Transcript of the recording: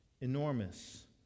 enormous